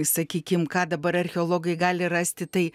sakykim ką dabar archeologai gali rasti tai